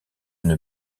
une